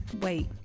Wait